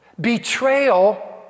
Betrayal